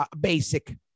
basic